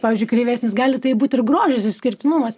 pavyzdžiui kreivesnis gali tai būt ir grožis išskirtinumas